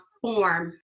form